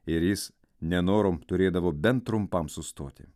ir jis nenorom turėdavo bent trumpam sustoti